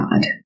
God